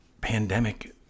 Pandemic